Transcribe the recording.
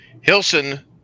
Hilson